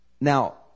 Now